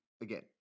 again